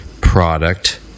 product